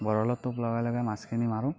বৰলৰ টোপ লগাই লগাই মাছখিনি মাৰোঁ